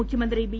മുഖ്യമന്ത്രി ബി